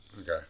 Okay